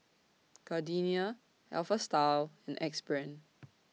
Gardenia Alpha Style and Axe Brand